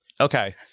Okay